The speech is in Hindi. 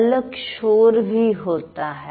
अलग शोर भी होती है